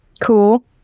Cool